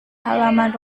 halaman